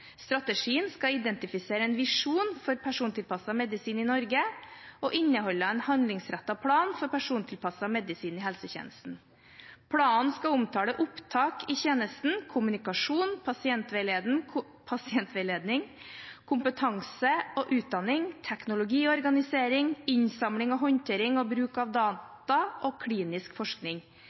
Strategien skal identifisere en visjon for persontilpasset medisin i Norge og inneholde en handlingsrettet plan for persontilpasset medisin i helsetjenesten. Planen skal omtale opptak i tjenesten, kommunikasjon, pasientveiledning, kompetanse og utdanning, teknologi og organisering, innsamling og håndtering og bruk av data og klinisk forskning.